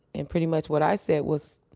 and pretty much what i said was,